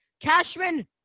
Cashman